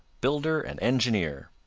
builder and engineer.